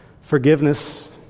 Forgiveness